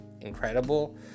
incredible